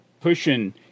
pushing